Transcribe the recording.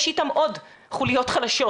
יש איתם עוד חוליות חלשות,